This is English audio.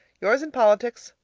yours in politics,